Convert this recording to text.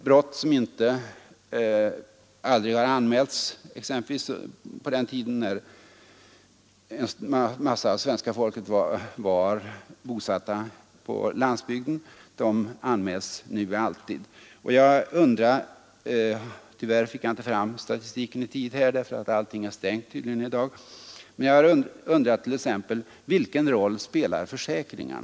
På den tiden då en stor del av svenska folket var bosatt på landsbygden förekom brott som aldrig anmäldes, medan brott av samma slag nu alltid blir anmälda. Tyvärr har jag inte fått fram de statistiska uppgifterna i tid till denna debatt — allting tycks vara stängt i dag — men jag undrar t.ex. vilken roll försäkringarna spelar i statistiken.